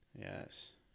Yes